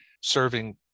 serving